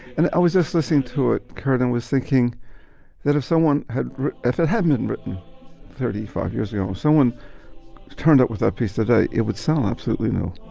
and i was just listening to it curtin was thinking that if someone had if it hadn't been written thirty five years ago, someone turned up with a piece today, it would sell. absolutely no